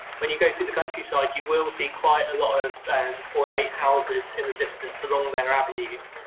when you go through the countryside, you will see quite a lot of ornate houses in the distance along their avenues.